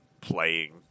playing